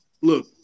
look